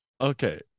okay